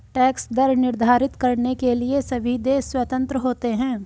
tax दर निर्धारित करने के लिए सभी देश स्वतंत्र होते है